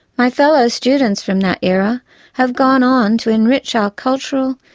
my fellow students from that era have gone on to enrich our cultural,